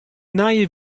nije